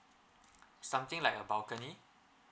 something like a balcony